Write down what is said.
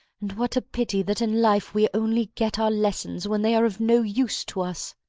and what a pity that in life we only get our lessons when they are of no use to us!